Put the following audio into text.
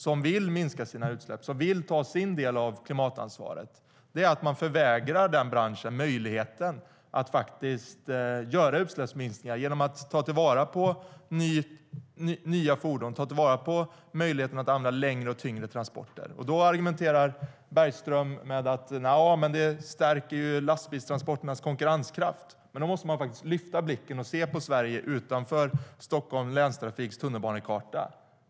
Den vill minska sina utsläpp och ta sin del av klimatansvaret. Man förvägrar denna bransch möjligheten att göra utsläppsminskningar genom att ta till vara nya fordon och möjligheten att använda längre och tyngre transporter. Bergström argumenterar att lastbilstransporternas konkurrenskraft stärks, men man måste faktiskt lyfta blicken och se på Sverige utanför Stockholms länstrafiks tunnelbanekarta.